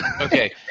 Okay